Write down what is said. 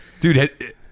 Dude